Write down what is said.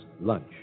lunch